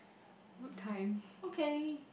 good time